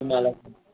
मला